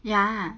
ya